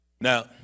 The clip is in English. Now